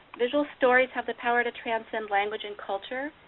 visual stories have the power to transcend language and culture,